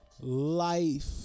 life